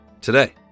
Today